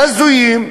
הזויים,